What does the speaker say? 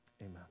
Amen